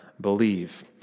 believe